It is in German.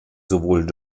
sowohl